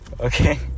okay